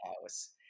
house